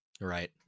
Right